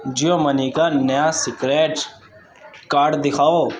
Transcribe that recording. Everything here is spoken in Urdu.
جیو منی کا نیا سکریچ کارڈ دکھاؤ